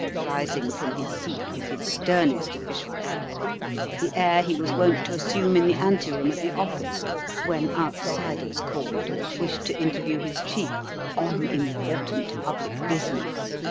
rising from his seat with his sternest official air the air he was wont to assume in the anteroom at the office when outsiders called and wished to interview his chief on important public business.